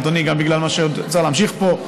אדוני, גם בגלל שצריך להמשיך פה.